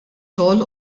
xogħol